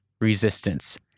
resistance